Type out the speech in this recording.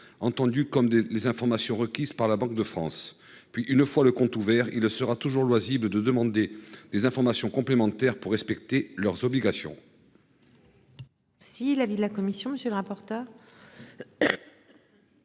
entendu comme des. Les informations requises par la Banque de France. Puis, une fois le compte ouvert, il sera toujours loisible de demander des informations complémentaires pour respecter leurs obligations. Si l'avis de la commission. Monsieur le rapporteur.